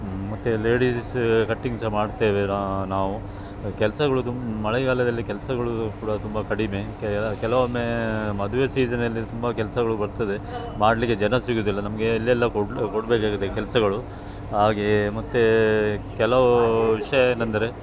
ಮತ್ತು ladies cutting ಸಹ ಮಾಡ್ತೇವೆ ನಾವು ಕೆಲಸಗಳು ತುಂ ಮಳೆಗಾಳದಲ್ಲಿ ಕೆಲಸಗಳು ಕೂಡ ತುಂಬ ಕಡಿಮೆ ಕೆಲವೊಮ್ಮೆ ಮದುವೆ ಸೀಝನಲ್ಲಿ ತುಂಬ ಕೆಲಸಗಳು ಬರ್ತದೆ ಮಾಡಲಿಕ್ಕೆ ಜನ ಸಿಗುವುದಿಲ್ಲ ನಮಗೆ ಎಲ್ಲಿ ಎಲ್ಲ ಕೊಡ ಕೊಡಬೇಕಾಗುತ್ತೆ ಕೆಲಸಗಳು ಹಾಗೆ ಮತ್ತು ಕೆಲವು ವಿಷಯ ಏನೆಂದರೆ